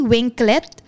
Winklet